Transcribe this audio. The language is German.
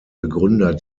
begründer